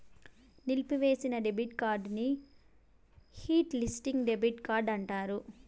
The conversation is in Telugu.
నిలిపివేసిన డెబిట్ కార్డుని హాట్ లిస్టింగ్ డెబిట్ కార్డు అంటారు